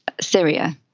Syria